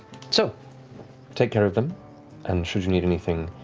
so take care of them and should you need anything,